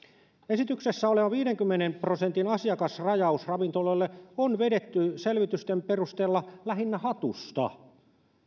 esityksessä oleva viidenkymmenen prosentin asiakasrajaus ravintoloille on vedetty selvitysten perusteella lähinnä hatusta